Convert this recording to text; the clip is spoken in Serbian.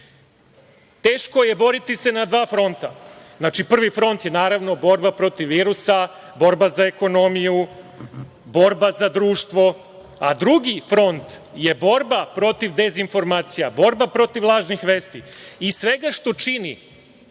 je boriti se na dva fronta. Znači, prvi front je naravno borba protiv virusa, borba za ekonomiju, borba za društvo, a drugi front je borba protiv dezinformacija, borba protiv lažnih vesti i svega što čini